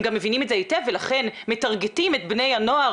הם גם מבינים את זה היטב ולכן מוכרים לבני הנוער